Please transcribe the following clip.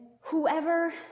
whoever